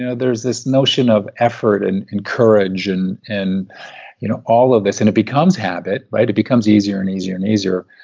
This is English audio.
yeah there's this notion of effort and and courage and and you know all of this and it becomes habit, right? it becomes easier and easier and easier.